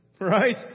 Right